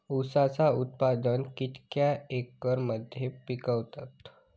ऊसाचा उत्पादन कितक्या एकर मध्ये पिकवतत?